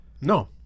No